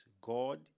God